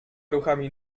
ruchami